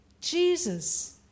Jesus